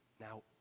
now